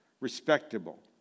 respectable